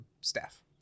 staff